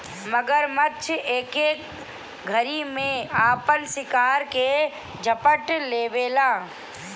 मगरमच्छ एके घरी में आपन शिकार के झपट लेवेला